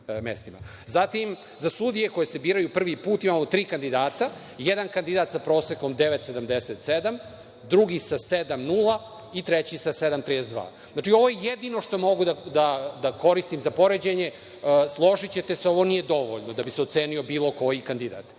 za sudije koje se biraju prvi put imamo tri kandidata. Jedan kandidat sa prosekom 9,77, drugi sa 7,0 i treći sa 7,32. Ovo je jedino što mogu da koristim za poređenje. Složićete se da ovo nije dovoljno da bi se oceni bilo koji kandidat.